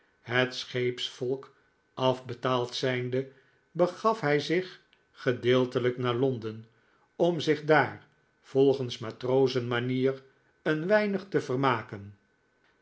het scheepsvolk afbetaald zijnde begaf hij zich gedeeltelijk naar l o n d e n om zich daar volgens matrozen manier een weinig te vermaken